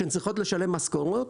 וצריכות לשלם משכורות,